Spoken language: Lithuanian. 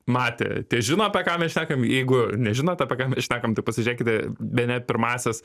matė tie žino apie ką mes šnekam jeigu nežinot apie ką šnekam tai pasižėkite bene pirmąsias